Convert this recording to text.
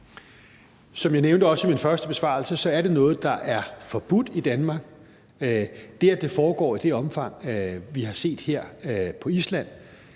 Som jeg også nævnte i min første besvarelse, er det noget, der er forbudt i Danmark. Det, at det foregår i det omfang, vi har set her på Island,